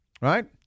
Right